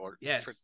Yes